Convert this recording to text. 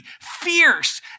fierce